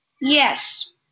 Yes